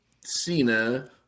Cena